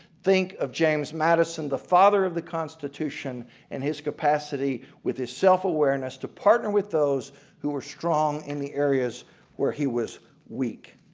think of james madison the father of the constitution and his capacity with the self-awareness to partner with those who are strong in the areas where he was weak.